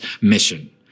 mission